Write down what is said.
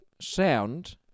sound